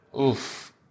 Oof